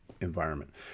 environment